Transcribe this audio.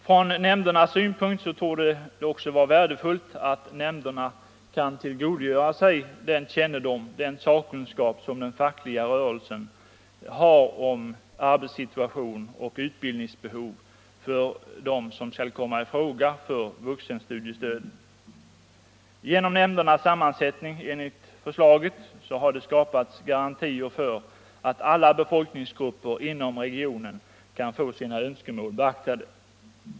Från nämndernas synpunkt torde det också vara värdefullt att nämnderna kan tillgodogöra sig den sakkunskap som den fackliga rörelsen har om arbetssituation och utbildningsbehov för dem som skall komma i fråga för vuxenstudiestöden. Genom nämndernas sammansättning, enligt förslaget, har det skapats garantier för att alla befolkningsgrupper inom regionen kan få sina önskemål beaktade.